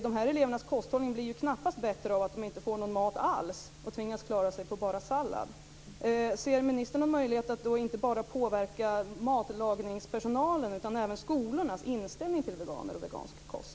De här elevernas kosthållning blir ju knappast bättre av att de inte får någon mat alls utan tvingas klara sig på bara sallad. Ser ministern någon möjlighet att påverka inte bara matlagningspersonalens utan även skolornas inställning till veganer och vegansk kost?